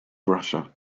russia